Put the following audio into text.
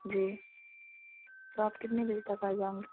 जी तो आप कितने बजे तक आ जाओगे